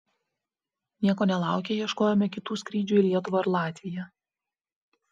nieko nelaukę ieškojome kitų skrydžių į lietuvą ar latviją